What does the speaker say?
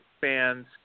fans